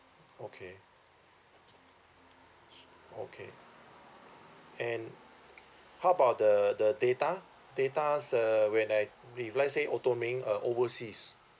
okay okay and how about the the data data uh when I if let say auto roaming uh overseas